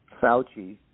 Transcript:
Fauci